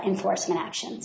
enforcement action